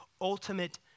ultimate